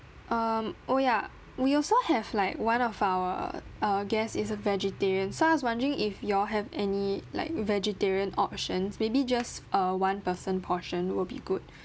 um oh ya we also have like one of our uh guest is a vegetarian so I was wondering if y'all have any like vegetarian options maybe just uh one person portion will be good